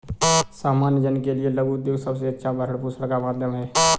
सामान्य जन के लिये लघु उद्योग सबसे अच्छा भरण पोषण का माध्यम है